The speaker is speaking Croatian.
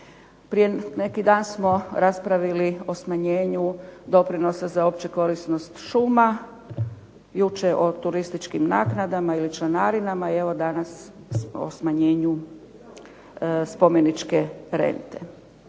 Prije neki dan smo raspravili o smanjenju doprinosa za opće korisnost šuma, jučer o turističkim naknadama ili članarinama i evo danas o smanjenju spomeničke rente.